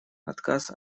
отказ